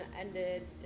ended